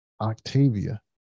Octavia